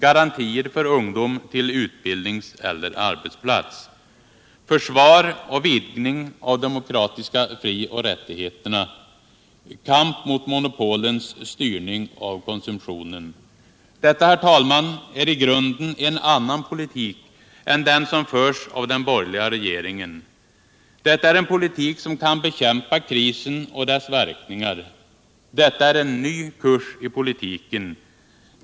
Garantier. för ungdom till utbildnings eller arbetsplats. Kamp mot monopolens styrning av konsumtionen. Herr talman! Detta är i grunden en annan politik än den som förs av den borgerliga regeringen. Detta är en politik som kan bekämpa krisen och dess verkningar. Detta är en ny kurs i politiken.